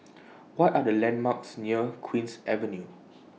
What Are The landmarks near Queen's Avenue